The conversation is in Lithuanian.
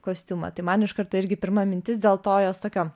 kostiumą tai man iš karto irgi pirma mintis dėl to jos tokio